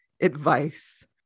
Advice